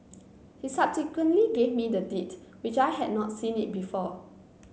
he subsequently gave me the Deed which I had not seen it before